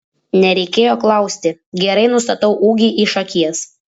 nereikėjo klausti gerai nustatau ūgį iš akies